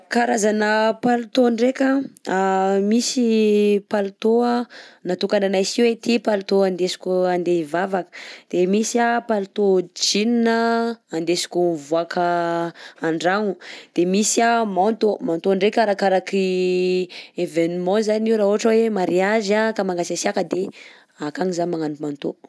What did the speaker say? Karazana palitao ndreka an: misy palitao natokananay sy hoe ty palitao andesiko andeha hivavaka, de misy palitao jean andesiko mivoaka andragno, de misy a manteau manteau ndreka arakaraky événement zany io raha ohatra hoe mariage ka mangatsiatsiaka de akagny zaho magnano manteau.